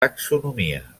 taxonomia